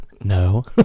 No